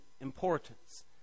importance